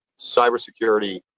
cybersecurity